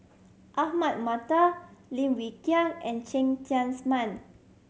Ahmad Mattar Lim Wee Kiak and Cheng Tsang Man